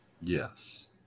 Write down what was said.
Yes